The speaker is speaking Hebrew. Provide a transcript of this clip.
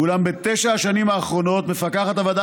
אולם בתשע השנים האחרונות מפקחת הוועדה